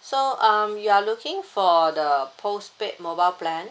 so um you are looking for the postpaid mobile plan